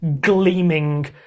gleaming